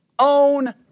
own